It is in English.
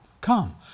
come